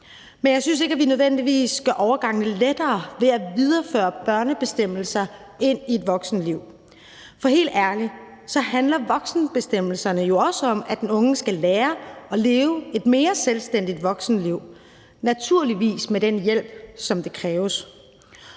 Men jeg synes ikke, at vi nødvendigvis gør overgangene lettere ved at videreføre børnebestemmelser ind i et voksenliv, for helt ærligt handler voksenbestemmelserne jo også om, at den unge skal lære at leve et mere selvstændigt voksenliv, naturligvis med den hjælp, som det kræver.